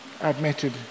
admitted